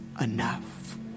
enough